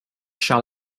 shall